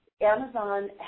Amazon